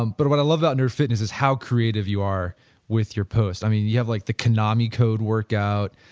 um but what i love about nerd fitness is how creative you are with your posts, i mean, you have like the konami code workout,